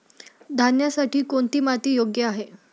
धान्यासाठी कोणती माती योग्य आहे?